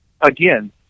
again